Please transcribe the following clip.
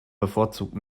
bevorzugt